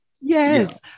Yes